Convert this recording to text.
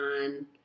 on